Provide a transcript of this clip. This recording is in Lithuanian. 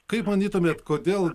kaip manytumėt kodėl